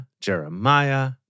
Jeremiah